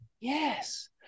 Yes